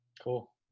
Cool